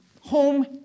home